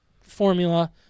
formula